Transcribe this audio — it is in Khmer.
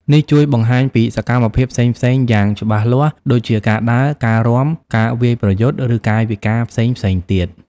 នេះជួយបង្ហាញពីសកម្មភាពផ្សេងៗយ៉ាងច្បាស់លាស់ ដូចជា ការដើរ ការរាំ ការវាយប្រយុទ្ធ ឬកាយវិការផ្សេងៗទៀត។